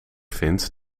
vind